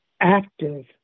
active